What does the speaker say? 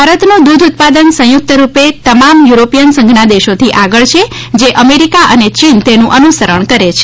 ભારતનું દૂધ ઉત્પાદન સંયુક્ત રૂપે તમામ યુરોપિય સંઘના દેશોથી આગળ છે જે અમેરિકા અને ચીન તેનું અનુસરણ કરે છે